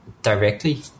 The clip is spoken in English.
Directly